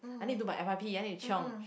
I need do my f_y_p I need to chiong